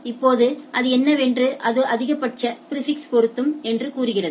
இப்போது அது என்னவென்றால் அது அதிகபட்ச பிாிஃபிக்ஸ் பொருத்தம் என்று கூறுகிறது